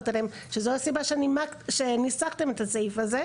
עליהם והם הסיבה שניסחתם את הסעיף הזה,